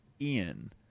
Ian